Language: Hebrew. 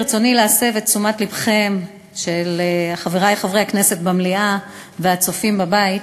ברצוני להסב את תשומת לבם של חברי חברי הכנסת במליאה והצופים בבית,